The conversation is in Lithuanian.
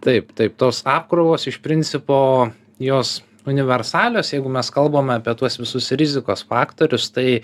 taip taip tos apkrovos iš principo jos universalios jeigu mes kalbame apie tuos visus rizikos faktorius tai